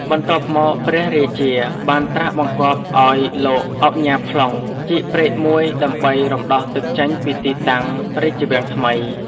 បន្ទាប់មកព្រះរាជា បានត្រាសបង្គាប់ឱ្យ លោកឧញ៉ាផ្លុង ជីកព្រែកមួយដើម្បីរំដោះទឹកចេញពីទីតាំងរាជវាំងថ្មី ។